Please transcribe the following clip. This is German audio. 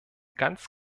ganz